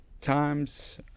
times